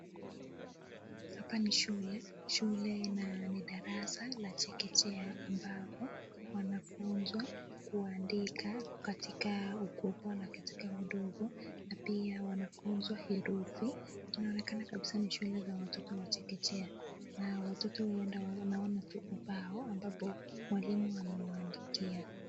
Hapa ni shule, shule ni darasa la chekechea ambapo wanafunzwa kuandika katika ukubwa na katika udogo na pia wanafunzwa herufi, inaonekana kabisa ni shule za watoto wachekechea, na watoto huenda naona tu ubao ambapo mwalimu amewaandikia.